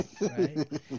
right